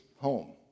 home